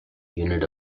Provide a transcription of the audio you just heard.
unit